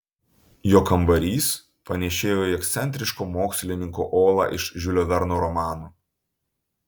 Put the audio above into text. jo kambarys panėšėjo į ekscentriško mokslininko olą iš žiulio verno romano